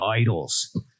idols